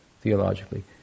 theologically